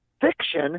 fiction